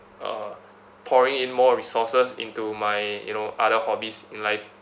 uh pouring in more resources into my you know other hobbies in life